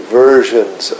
versions